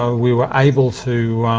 ah we were able to,